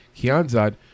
Kianzad